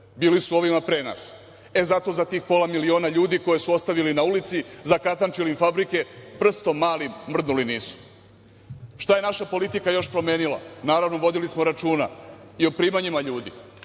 bili su ovima pre nas. E, zato za tih pola miliona ljudi koje su ostavili na ulici, zakatančili im fabrike, prsnom malim mrdnuli nisu. Šta je naša politika još promenila? Naravno, vodili smo računa i o primanjima ljudi,